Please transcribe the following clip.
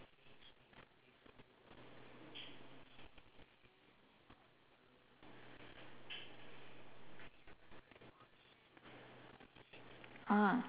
mm